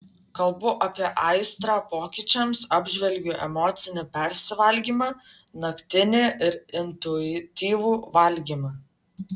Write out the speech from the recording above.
kalbu apie aistrą pokyčiams apžvelgiu emocinį persivalgymą naktinį ir intuityvų valgymą